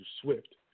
SWIFT